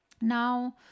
Now